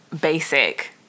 basic